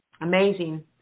amazing